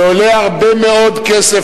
זה עולה הרבה מאוד כסף,